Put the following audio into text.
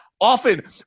often